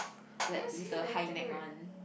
like with the high neck one